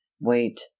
wait